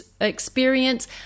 experience